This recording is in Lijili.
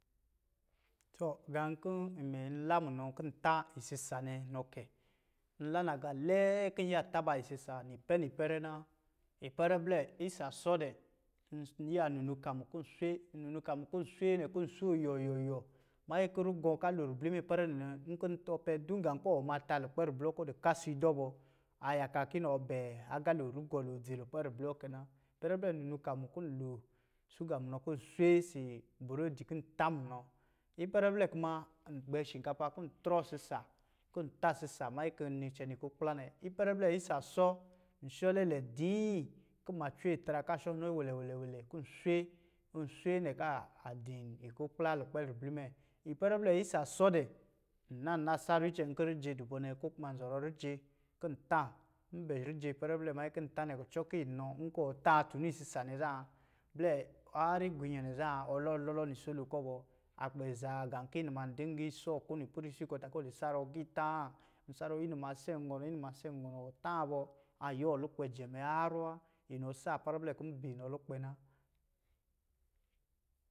Tɔ, gā kɔ̄ imɛ nlaa munɔ kɔ̄ ta isisa nɛ nɔ kɛ. Nlaa nagā lɛɛ kin n yiya tā ba isisa nipɛ-nipɛrɛ na. Ipɛrɛ blɛ, isa sɔ dɛ, n-n yiya nunu kamu nɔ̄ swe. N nunu kamu kɔ̄ swe nɛ, kɔ̄ swo yɔyɔyɔ manyi kɔ̄ rugɔ̄ ka loo ribli mɛ ipɛrɛ nɛ nɛ, nkɔ̄ ɔ pɛ dun gā kɔ̄ wɔ maa tā lukpɛ ribli wɔ, kɔɔ di kasiidɔ, a yakaa ki nɔ bɛɛ agalo, rugɔ̄ lo dzi lukpɛ ribli wɔ kɛ na. Ipɛrɛ blɛ n nunu kamu, kɔ̄ loo suga munɔ kɔ̄ swe si borodi kin tā munɔ. Ipɛrɛ blɛ kuma, n gbɛ shikapa kɔ̄ trɔ sisa, kɔ̄ ta sisa manyi kɔ̄ ni cɛnɛ ikukpla nɛ. Ipɛrɛ blɛ isa sɔ, n shɔ lɛlɛ diin kɔ̄ ma cwe tra ka shɔ nɔ wɛlɛ wɛlɛ wɛlɛ kɔ̄ swe, kɔ̄ swe kaa a din ikukpla lukpɛ ribli mɛ. Ipɛrɛ blɛ isa sɔ dɛ, n naa na sarɔ icɛn kɔ̄ rijɛ du bɔ nɛ, ko kuma nɔ zɔrɔ riiɛ kɔ̄ tā. N bɛ rijɛ ipɛrɛ blɛ manyi kɔ̄ tā nɛ kucɔ ki nɔ nkɔ̄ wɔ taa tunu isisa nɛ zan, blɛ harri gunyɛnɛ zan, ɔ lɔ lɔlɔ nisolo kɔ̄ bɔ. A kpɛ zan gā kɔ̄ inuma dingi sɔɔ ko nipɛvisi kɔ ta kɔ̄ ɔ di sarɔ agiitāā. N sarɔ inuma sen gɔnɔ, inuma sen gɔnɔ, wɔ tāā bɔ, ayuwɔ lukpɛ jɛmɛ harrɔ wa. Inɔ saa ipɛrɛ blɛ kɔ̄ binɔ lukpɛ na.